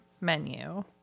menu